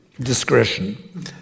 discretion